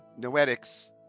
Noetics